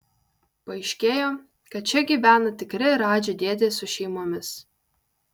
paaiškėjo kad čia gyvena tikri radži dėdės su šeimomis